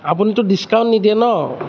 আপুনিতো ডিচকাউণ্ট নিদিয়ে ন